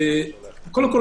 קודם כל,